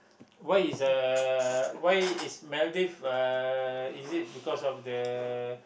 why is uh why is Maldive uh is it because of the